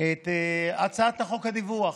את הצעת חוק הדיווח,